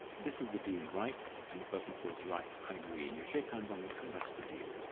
this is the deal. right? and the person says, right. i agree. and you shake hands on it, and that's the deal.